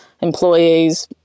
Employees